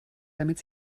damit